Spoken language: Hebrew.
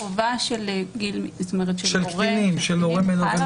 החובה של הורים לקטינים חלה,